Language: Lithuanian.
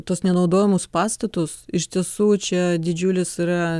tuos nenaudojamus pastatus iš tiesų čia didžiulis yra